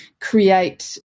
create